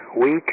weak